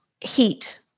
heat